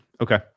okay